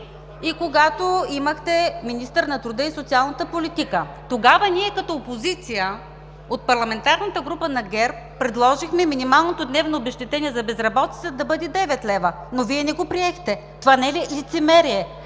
и когато имахте министър на труда и социалната политика! Тогава ние, като опозиция, от парламентарната група на ГЕРБ предложихме минималното дневно обезщетение за безработица да бъде 9 лв., но Вие не го приехте! Това не е ли лицемерие?